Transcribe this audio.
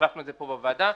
את זה פה בוועדה,